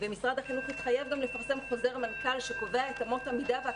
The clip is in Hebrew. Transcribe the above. משרד החינוך גם התחייב לפרסם חוזר מנכ"ל שקובע את אמות המידה ואת